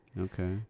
Okay